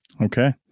okay